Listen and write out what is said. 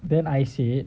then I say